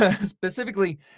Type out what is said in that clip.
specifically